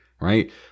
right